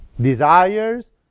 desires